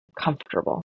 comfortable